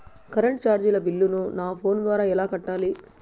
Current చార్జీల బిల్లును, నా ఫోను ద్వారా ఎలా కట్టాలి?